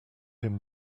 him